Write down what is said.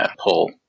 pull